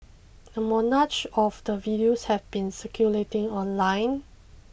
a of the videos have been circulating online